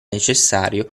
necessario